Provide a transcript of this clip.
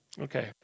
Okay